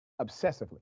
obsessively